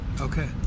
Okay